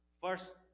First